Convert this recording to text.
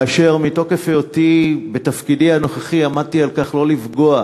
כאשר מתוקף היותי בתפקידי הנוכחי עמדתי על כך שלא לפגוע